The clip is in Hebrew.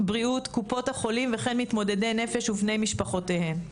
קופות החולים וכן מתמודדי נפש ובני משפחותיהם.